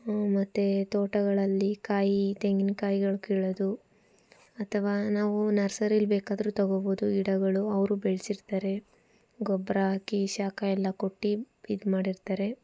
ಮತ್ತೆ ತೋಟಗಳಲ್ಲಿ ಕಾಯಿ ತೆಂಗಿನ ಕಾಯಿಗಳು ಕೀಳೋದು ಅಥವಾ ನಾವು ನರ್ಸರಿಯಲ್ಲಿ ಬೇಕಾದ್ರೂ ತೊಗೋಬೋದು ಗಿಡಗಳು ಅವರು ಬೆಳೆಸಿರ್ತ್ತಾರೆ ಗೊಬ್ಬರ ಹಾಕಿ ಶಾಖ ಎಲ್ಲ ಕೊಟ್ಟು ಇದು ಮಾಡಿರ್ತ್ತಾರೆ